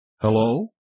Hello